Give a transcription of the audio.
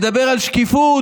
מדבר על שקיפות.